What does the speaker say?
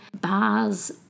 bars